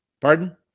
Pardon